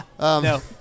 No